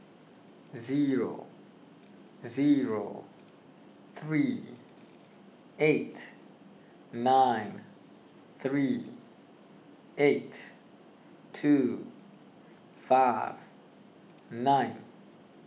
zero zero three eight nine three eight two five nine